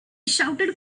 shouted